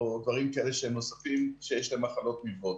או דברים נוספים שיש להם מחלות נלוות.